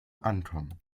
ankommen